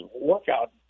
workout